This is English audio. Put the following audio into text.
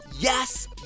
Yes